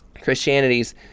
Christianity's